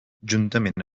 juntament